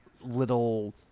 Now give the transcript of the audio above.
little